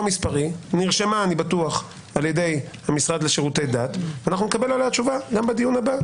מספרי נרשמה על ידי המשרד לשירותי דת ואנחנו נקבל עליה תשובה בדיון הבא,